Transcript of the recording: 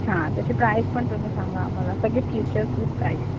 हां त्याची प्राईज पण तुम्ही सांगा आम्हाला सगळे फीचर्स विथ प्राईज